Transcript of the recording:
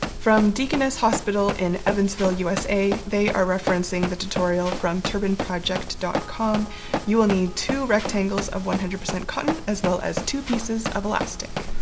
from deaconess hospital in evansville usa they are referencing the tutorial from turbanproject dot com you will need two rectangles of one hundred percent cotton as well as two pieces of elastic.